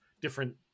different